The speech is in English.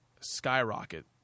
skyrocket